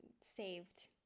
saved